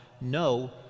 no